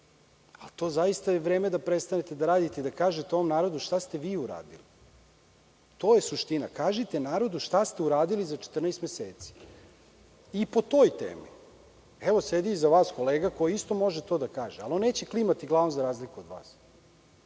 bilo čega. Vreme je da to prestanete da radite i da kažete ovom narodu šta ste vi uradili. To je suština – kažite narodu šta ste uradili za 14 meseci. Evo, sedi iza vas kolega koji isto može to da kaže, ali on neće klimati glavom, za razliku od vas,